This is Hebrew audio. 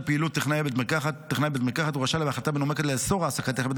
פעילות טכנאי בית מרקחת הוא רשאי בהחלטה מנומקת לאסור העסקת טכנאי בית